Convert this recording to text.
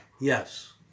Yes